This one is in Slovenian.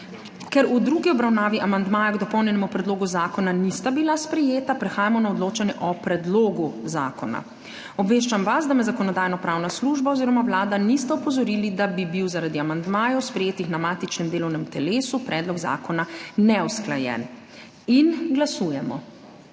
Ker v drugi obravnavi amandmaja k dopolnjenemu predlogu zakona nista bila sprejeta, prehajamo na odločanje o predlogu zakona. Obveščam vas, da me Zakonodajno-pravna služba oziroma Vlada nista opozorili, da bi bil zaradi amandmajev, sprejetih na matičnem delovnem telesu, predlog zakona neusklajen. Glasujemo.